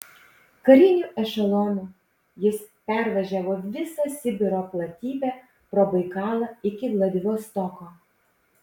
kariniu ešelonu jis pervažiavo visą sibiro platybę pro baikalą iki vladivostoko